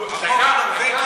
החוק הנורבגי,